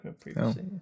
previously